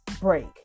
break